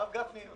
הרב גפני?